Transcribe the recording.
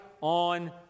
on